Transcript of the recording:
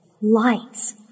Lights